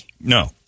No